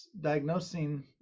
diagnosing